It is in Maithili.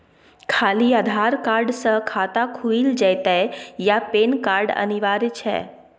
खाली आधार कार्ड स खाता खुईल जेतै या पेन कार्ड अनिवार्य छै?